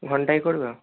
ঘণ্টায় করব